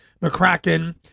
McCracken